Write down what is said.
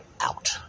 out